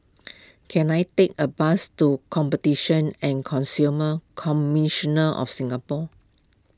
can I take a bus to Competition and Consumer Commissioner of Singapore